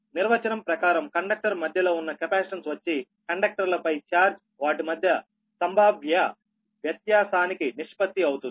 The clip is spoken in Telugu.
నిర్వచనం ప్రకారం కండక్టర్ మధ్యలో ఉన్న కెపాసిటన్స్ వచ్చి కండక్టర్లపై ఛార్జ్ వాటి మధ్య సంభావ్య వ్యత్యాసానికి నిష్పత్తి అవుతుంది